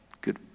Good